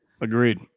Agreed